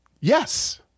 Yes